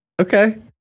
Okay